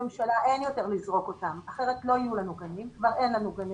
אין יותר לזרוק אותם כי אחרת לא יהיו לנו גנים וכבר אין לנו גנים.